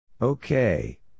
Okay